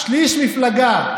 שליש מפלגה.